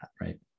right